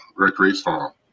recreational